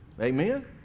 Amen